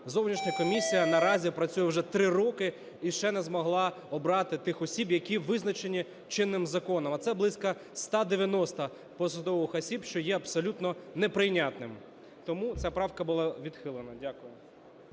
зовнішня комісія наразі працює вже 3 роки і ще не змогла обрати тих осіб, які визначені чинним законом. А це близько 190 посадових осіб, що є абсолютно неприйнятним. Тому ця правка була відхилена. Дякую.